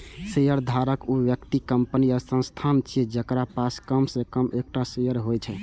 शेयरधारक ऊ व्यक्ति, कंपनी या संस्थान छियै, जेकरा पास कम सं कम एकटा शेयर होइ छै